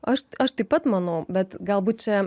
aš aš taip pat manau bet galbūt čia